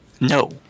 No